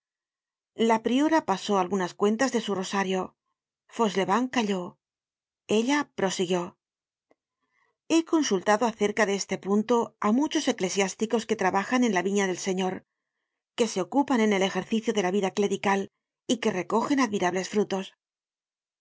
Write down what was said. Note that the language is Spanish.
la priora pasó algunas cuentas de su rosario fauchelevent calló ella prosiguió he consultado acerca de este punto á muchos eclesiásticos que trabajan en la viña del señor que se ocupan en el ejercicio de la vida clerical y que recogen admirables frutos